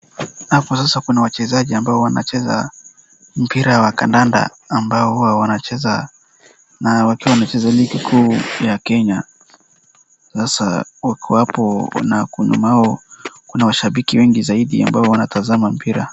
Hapa sasa kuna wachezaji ambao wanacheza mpira ya kandanda ambao huwa wancheza na wakiwa wanacheza ligi kuu ya Kenya. Sasa wako hapo na kuna washabiki wengi zaidi ambao wanatazama mpira.